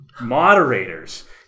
moderators